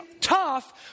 tough